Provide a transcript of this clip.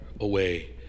away